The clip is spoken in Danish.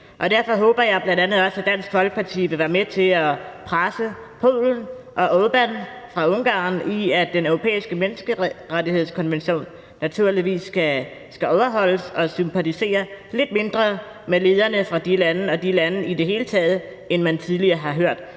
Derfor håber jeg bl.a. også, at Dansk Folkeparti vil være med til at presse Polen og Orbán fra Ungarn i, at Den Europæiske Menneskerettighedskonvention naturligvis skal overholdes, og sympatisere lidt mindre med lederne fra de lande og de lande i det hele taget, end man tidligere har hørt